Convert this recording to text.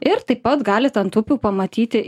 ir taip pat galit ant upių pamatyti